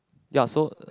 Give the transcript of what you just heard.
ya so